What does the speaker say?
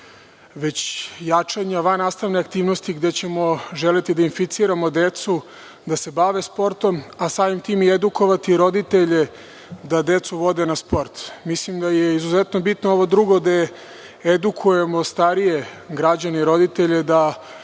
već i jačanja vannastavne aktivnosti, gde ćemo želeti da inficiramo decu da se bave sportom, a samim tim i edukovati roditelje da decu vode na sport. Mislim da je izuzetno bitno ovo drugo, da edukujemo starije građane i roditelje da,